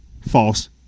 false